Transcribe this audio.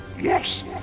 Yes